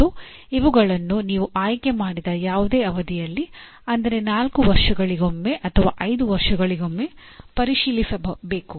ಮತ್ತು ಇವುಗಳನ್ನು ನೀವು ಆಯ್ಕೆ ಮಾಡಿದ ಯಾವುದೇ ಅವಧಿಯಲ್ಲಿ ಅಂದರೆ ನಾಲ್ಕು ವರ್ಷಗಳಿಗೊಮ್ಮೆ ಅಥವಾ ಐದು ವರ್ಷಗಳಿಗೊಮ್ಮೆ ಪರಿಶೀಲಿಸಬೇಕು